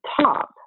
top